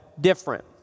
different